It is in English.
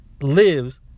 lives